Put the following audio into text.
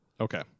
Okay